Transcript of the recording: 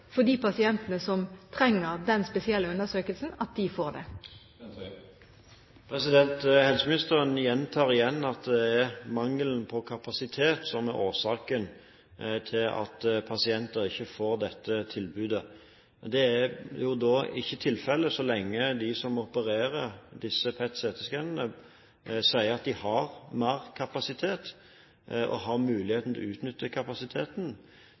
de får det. Helseministeren gjentar at det er mangelen på kapasitet som er årsaken til at pasienter ikke får dette tilbudet. Det er jo ikke tilfellet så lenge de som opererer disse PET-CT-skannerne, sier at de har mer kapasitet og har mulighet til å utnytte kapasiteten.